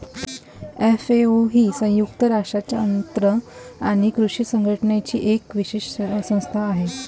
FAO ही संयुक्त राष्ट्रांच्या अन्न आणि कृषी संघटनेची एक विशेष संस्था आहे